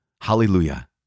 hallelujah